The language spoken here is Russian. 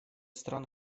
стран